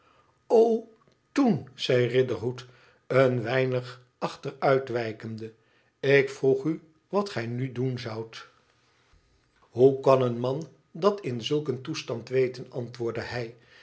toen zei riderhood een weinig achteruitwijkende ik vroeg u wat gij nu doen zoudt hoe kan een man dat in zulk een toestand weten antwoordde hij